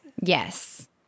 Yes